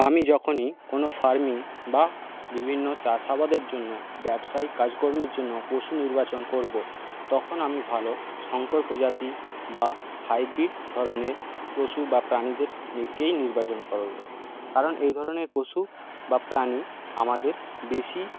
আমি যখনই কোনো ফার্মিং বা বিভিন্ন চাষাবাদের জন্য ব্যবসায় কাজকর্মের জন্য পশু নির্বাচন করবো তখন আমি ভালো শংকর প্রজাতি বা হাইব্রিড ধরনের পশু বা প্রাণীদেরকেই নির্বাচন করবো কারণ এই ধরণের পশু বা প্রাণী আমাদের বেশি